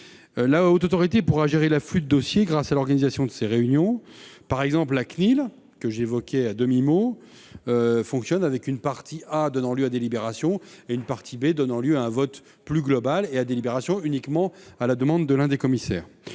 La HATVP pourra gérer l'afflux de dossiers en jouant sur l'organisation de ses réunions. La CNIL, par exemple, que j'évoquais à demi-mot, fonctionne avec une partie A donnant lieu à délibérations et une partie B donnant lieu à un vote plus global et à délibérations uniquement à la demande de l'un des commissaires.